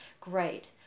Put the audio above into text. great